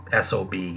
SOB